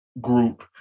Group